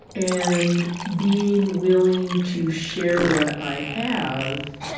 and being willing to share what i have